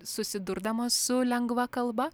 susidurdamos su lengva kalba